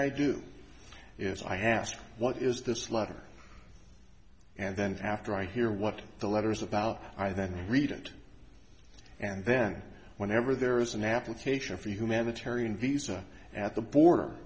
i do is i ask what is this letter and then after i hear what the letters about i then read it and then whenever there is an application for humanitarian visa at the border